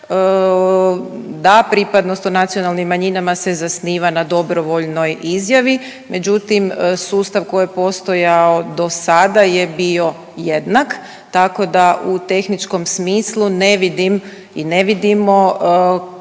Da, pripadnost o nacionalnim manjinama se zasniva na dobrovoljnoj izjavi, međutim sustav koji je postojao do sada je bio jednak, tako da u tehničkom smislu ne vidim i ne vidimo koja